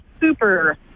super